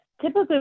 Typically